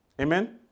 amen